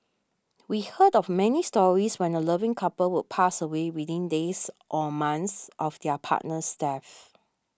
we heard of many stories when a loving couple would pass away within days or months of their partner's death